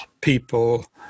people